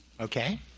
Okay